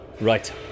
Right